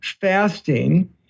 fasting